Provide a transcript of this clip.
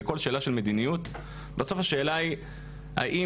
בכל שאלה של מדיניות בסוף השאלה היא האם